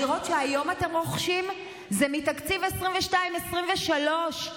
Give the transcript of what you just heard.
הדירות שהיום אתם רוכשים זה מתקציב 2021 2022,